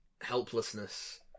helplessness